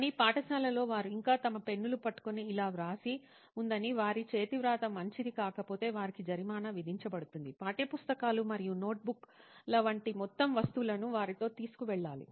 కానీ పాఠశాలలో వారు ఇంకా తమ పెన్నులు పట్టుకుని ఇలా వ్రాసి ఉందని వారి చేతివ్రాత మంచిది కాకపోతే వారికి జరిమానా విధించబడుతుంది పాఠ్యపుస్తకాలు మరియు నోట్ బుక్ ల వంటి మొత్తం వస్తువులను వారితో తీసుకువెళ్ళాలి